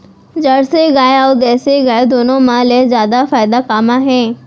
Jersey गाय अऊ देसी गाय दूनो मा ले जादा फायदा का मा हे?